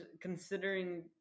considering